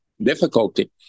difficulty